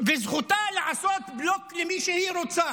וזכותה לעשות בלוק למי שהיא רוצה,